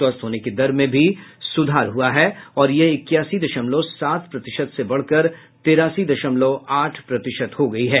स्वस्थ होने की दर में भी सुधार हुआ और यह इक्यासी दशमलव सात प्रतिशत से बढकर तिरासी दशमलव आठ प्रतिशत हो गई है